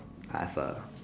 have a